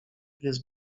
jest